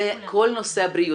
זה כל נושא הבריאות.